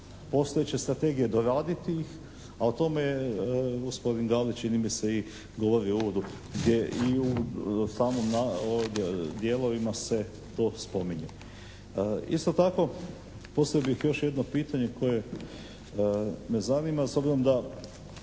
postojeće strategije, doraditi ih, a o tome je gospodin Galić čini mi se i govorio u uvodu gdje i u samom dijelovima se to spominje. Isto tako postavio bih još jedno pitanje koje me zanima s obzirom da